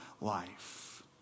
Life